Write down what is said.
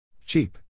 Cheap